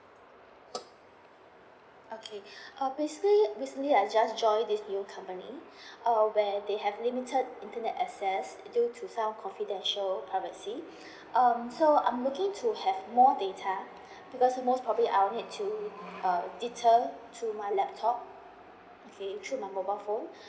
okay err basically recently I just joined this new company uh where they have limited internet access due to some confidential privacy um so I'm looking to have more data because most probably I'll need to deter to my laptop okay through my mobile phone